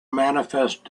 manifest